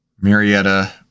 Marietta